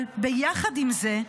אבל יחד עם זה,